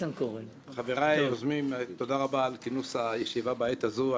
תודה רבה על כינוס הישיבה בעת הזו.